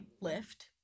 lift